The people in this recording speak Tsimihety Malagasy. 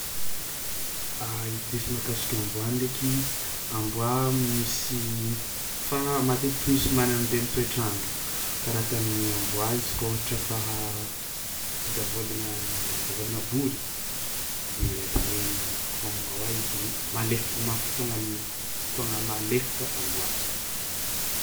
Hevi-diso makasiky amboà ndraiky, amboà misy fa matetiky misy amin'ny toetr'andro, karaha ataon'ny amboà izy koa aohatra faha davaolagna davaolagna bory de atao hoe koa afa mihoàhoà izy de mahalaifa- mahafotoagna fotoagna mahalaifaka amboà.